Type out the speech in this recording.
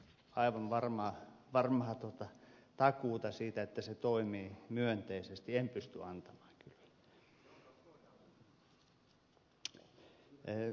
aivan varmaa takuuta siitä että se toimii myönteisesti en pysty antamaan kyllä